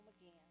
again